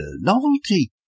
novelty